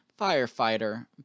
firefighter